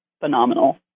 phenomenal